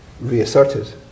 reasserted